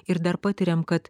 ir dar patiriam kad